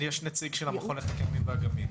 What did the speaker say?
יש נציג של המכון לחקר הימים ואגמים.